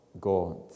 God